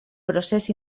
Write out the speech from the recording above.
procés